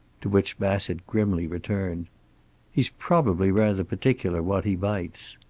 to which bassett grimly returned he's probably rather particular what he bites.